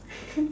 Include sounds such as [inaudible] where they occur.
[laughs]